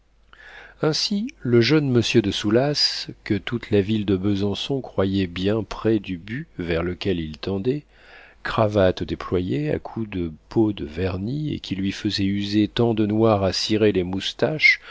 ainsi le jeune monsieur de soulas que toute la ville de besançon croyait bien près du but vers lequel il tendait cravates déployées à coups de pots de vernis et qui lui faisait user tant de noir à cirer les moustaches